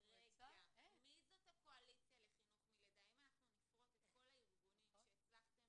אם אנחנו נפרוט את כל הארגונים שהצלחתם